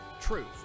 Truth